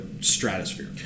stratosphere